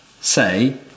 say